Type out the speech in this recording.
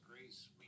grace